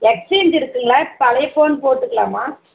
exchange இருக்குதுங்களா பழைய phone போட்டுக்கலாமா